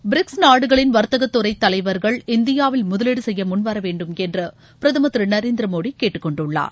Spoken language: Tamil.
பிரிக்ஸ் நாடுகளின் வர்த்தகத்துறை தலைவர்கள் இந்தியாவில் முதலீடு செய்ய முன்வர வேண்டும் என்று பிரதமர் திரு நரேந்திர மோடி கேட்டுக்கொண்டுள்ளார்